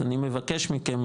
אז אני מבקש מכם,